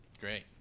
Great